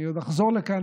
אני עוד אחזור לכאן,